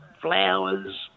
flowers